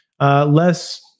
less